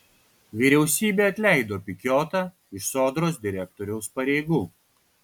vyriausybė atleido pikiotą iš sodros direktoriaus pareigų